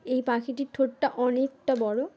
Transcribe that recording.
এই পাখিটির ঠোঁটটা অনেকটা বড়